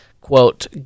quote